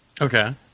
Okay